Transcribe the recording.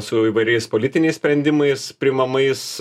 su įvairiais politiniais sprendimais priimamais